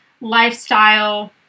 lifestyle